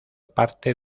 parte